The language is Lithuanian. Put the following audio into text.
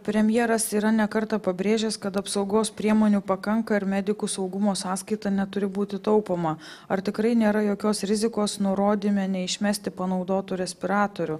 premjeras yra ne kartą pabrėžęs kad apsaugos priemonių pakanka ir medikų saugumo sąskaita neturi būti taupoma ar tikrai nėra jokios rizikos nurodyme neišmesti panaudotų respiratorių